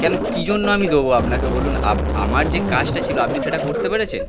কেন কী জন্য আমি দেবো আপনাকে বলুন আমার যে কাজটা ছিল আপনি সেটা করতে পেরেছেন